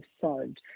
solved